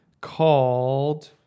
called